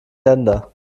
länder